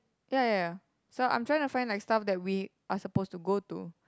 ya ya ya so I'm trying to find like stuff that we are suppose to go to